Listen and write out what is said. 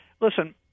listen